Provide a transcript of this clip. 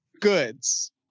Goods